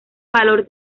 valor